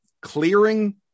clearing